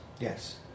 Yes